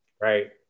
right